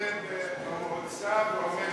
זה במועצה ועומד